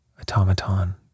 automaton